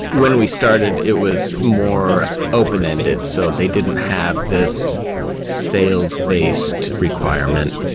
when we started, it was more open-ended. so they didn't have this sales-based requirement.